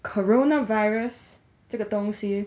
corona virus 这个东西